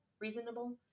Reasonable